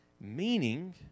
Meaning